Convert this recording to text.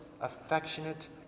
affectionate